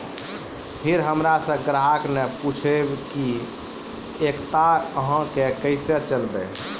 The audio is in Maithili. फिर हमारा से ग्राहक ने पुछेब की एकता अहाँ के केसे चलबै?